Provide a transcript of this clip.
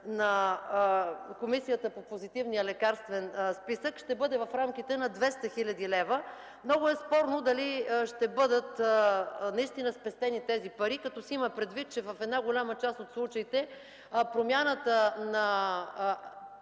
на Комисията по Позитивния лекарствен списък, ще бъде в рамките на 200 хил. лв. Много е спорно дали ще бъдат наистина спестени тези пари, като се има предвид, че в една голяма част от случаите промяната на